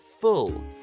full